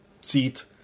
seat